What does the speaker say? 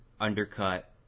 undercut